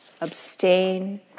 Abstain